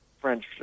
French